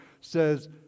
says